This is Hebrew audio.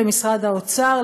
למשרד האוצר,